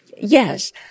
Yes